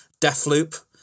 Deathloop